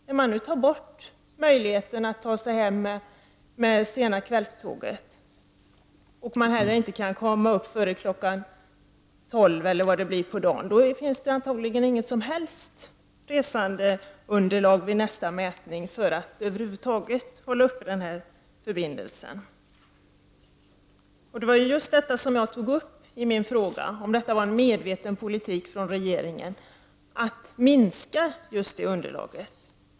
När nu möjligheten att ta sig hem med det sena kvällståget tas bort och det inte går att komma upp till Stockholm före klockan tolv på dagen, finns det antagligen inget som helst resandeunderlag vid nästa mätning för att hålla uppe en förbindelse över huvud taget. Det var det jag tog upp i min interpellation och frågade om det är en medveten politik från regeringens sida att minska just det underlaget.